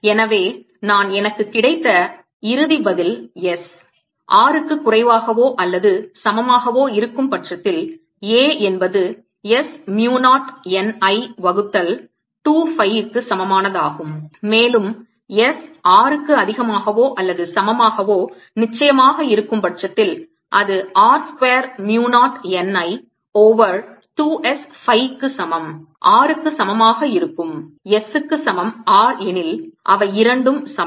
எனவே நான் எனக்கு கிடைத்த இறுதி பதில் s R க்கு குறைவாகவோ அல்லது சமமாகவோ இருக்கும் பட்சத்தில் A என்பது s mu 0 n I வகுத்தல் 2 phi க்கு சமமானதாகும் மேலும் s R க்கு அதிகமாகவோ அல்லது சமமாகவோ நிச்சயமாக இருக்கும் பட்சத்தில் அது R square mu 0 n I over 2 s phi க்கு சமம் R க்கு சமமாக இருக்கும் s க்கு சமம் R எனில் அவை இரண்டும் சமம்